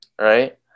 Right